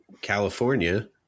California